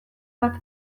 bat